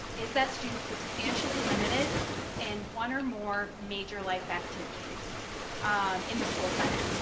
is that students substantially limited in one or more major life activities in the school setting.